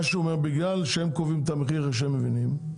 זה שבגלל שהם קובעים את המחיר כפי שהם מבינים,